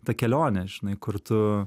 ta kelionė žinai kur tu